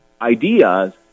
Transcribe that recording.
ideas